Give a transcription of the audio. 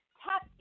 tap